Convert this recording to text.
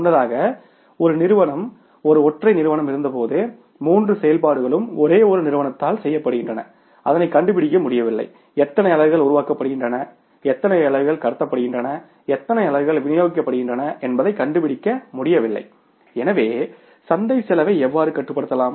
முன்னதாக ஒரு நிறுவனம் ஒரு ஒற்றை நிறுவனம் இருந்தபோது மூன்று செயல்பாடுகளும் ஒரே ஒரு நிறுவனத்தால் செய்யப்படுகின்றன அதனை கண்டுபிடிக்க முடியவில்லை எத்தனை அலகுகள் உருவாக்கப்படுகின்றன எத்தனை அலகுகள் கடத்தப்படுகின்றன எத்தனை அலகுகள் விநியோகிக்கப்படுகின்றன என்பதைக் கண்டுபிடிக்க முடியவில்ல எனவே சந்தைசெலவை எவ்வாறு கட்டுப்படுத்தலாம்